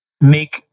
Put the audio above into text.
make